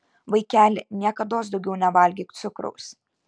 vaikeli niekados daugiau nevalgyk cukraus